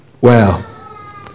Wow